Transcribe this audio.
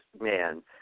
man